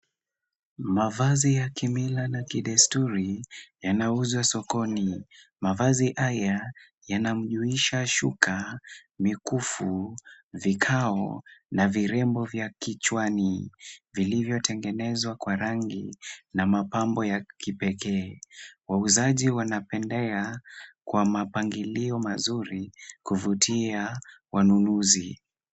Mavazi ya kimila na kidesturi yanauzwa sokoni. Mavazi haya yana jumuisha shuka, mikufu, vikao na virembo vya kichwani vilivyotengenezwa kwa rangi na mapambo ya kipeke. Wauzaji wanapendea kwa mapangilio mazuri kuvutia wanunuzi.